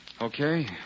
Okay